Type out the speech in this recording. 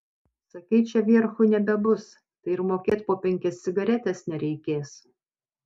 sakei čia vierchų nebebus tai ir mokėt po penkias cigaretes nereikės